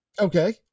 Okay